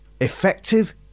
effective